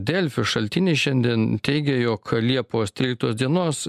delfi šaltiniai šiandien teigė jog liepos tryliktos dienos